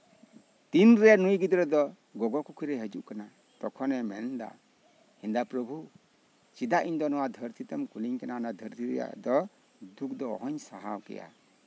ᱛᱤᱱᱨᱮ ᱱᱩᱭ ᱜᱤᱫᱽᱨᱟᱹ ᱫᱚ ᱜᱚᱜᱚ ᱠᱩᱠᱷᱤᱨᱮ ᱦᱤᱡᱩᱜ ᱠᱟᱱᱟᱭ ᱛᱚᱠᱷᱚᱱᱮ ᱢᱮᱱᱫᱟ ᱦᱮᱱᱫᱟ ᱯᱨᱚᱵᱷᱩ ᱪᱮᱫᱟᱜ ᱤᱧ ᱱᱚᱣᱟ ᱫᱷᱟᱹᱨᱛᱤ ᱛᱮᱢ ᱠᱩᱞᱤᱧ ᱠᱟᱱᱟ ᱱᱚᱣᱟ ᱫᱷᱟᱹᱨᱛᱤ ᱨᱮᱭᱟᱜ ᱫᱚ ᱫᱩᱠ ᱫᱚ ᱚᱦᱚᱧ ᱥᱟᱦᱟᱣ ᱠᱮᱭᱟ